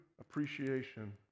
appreciation